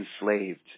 enslaved